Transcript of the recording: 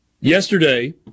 Yesterday